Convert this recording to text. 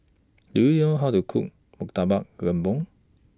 Do YOU know How to Cook Murtabak Lembu